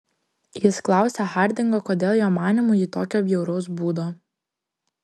jis klausia hardingo kodėl jo manymu ji tokio bjauraus būdo